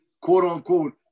quote-unquote